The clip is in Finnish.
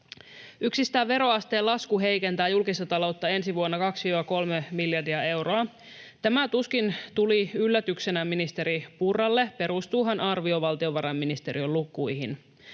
Yksistään veroasteen lasku heikentää julkista taloutta ensi vuonna 2—3 miljardia euroa. Tämä tuskin tuli yllätyksenä ministeri Purralle, perustuuhan arvio valtiovarainministeriön lukuihin.